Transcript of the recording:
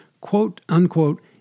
quote-unquote